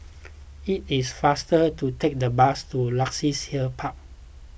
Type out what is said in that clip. it is faster to take the bus to Luxus Hill Park